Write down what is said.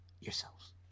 yourselves